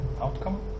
outcome